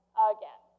again